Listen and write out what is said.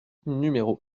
numéro